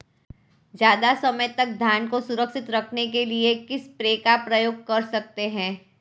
ज़्यादा समय तक धान को सुरक्षित रखने के लिए किस स्प्रे का प्रयोग कर सकते हैं?